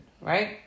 right